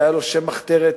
והיה לו שם מחתרת,